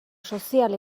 sozial